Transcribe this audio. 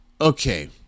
okay